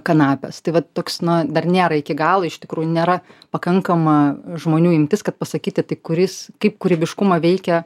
kanapes tai vat toks na dar nėra iki galo iš tikrųjų nėra pakankama žmonių imtis kad pasakyti tai kuris kaip kūrybiškumą veikia